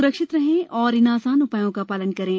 सुरक्षित रहें और इन आसान उ ायों का शालन करें